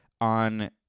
on